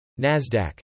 NASDAQ